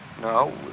No